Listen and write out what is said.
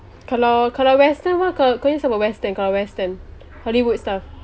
kalau kalau western pun kau kau handsome tak western kalau western hollywood style